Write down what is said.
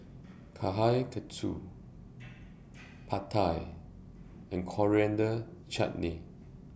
Kushikatsu Pad Thai and Coriander Chutney